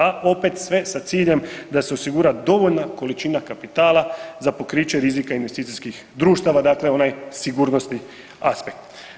A opet sve sa ciljem da se osigura dovoljna količina kapitala za pokriće rizika investicijskih društva, dakle onaj sigurnosni aspekt.